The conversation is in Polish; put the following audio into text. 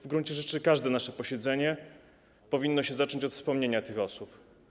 W gruncie rzeczy każde nasze posiedzenie powinno się zacząć od wspomnienia tych osób.